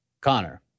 Connor